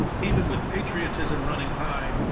even with patriotism running high,